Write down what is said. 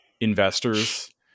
investors